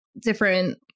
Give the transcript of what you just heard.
different